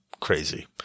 crazy